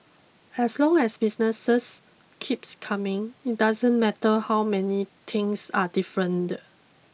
as long as businesses keeps coming it doesn't matter how many things are different